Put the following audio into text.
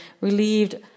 relieved